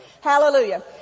Hallelujah